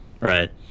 Right